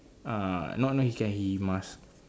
uh no no he can he must